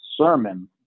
sermon